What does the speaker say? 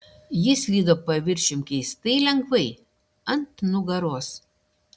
jis slydo paviršium keistai lengvai ant nugaros